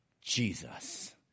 Jesus